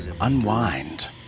unwind